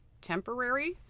temporary